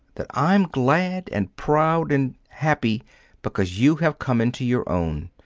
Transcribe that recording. that i'm glad and proud and happy because you have come into your own.